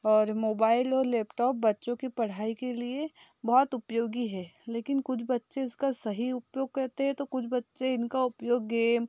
और मोबाइल और लैपटॉप बच्चों की पढ़ाई के लिए बहुत उपयोगी है लेकिन कुछ बच्चे का सही उपयोग करते तो कुछ बच्चे इनका उपयोग गेम